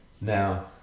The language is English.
Now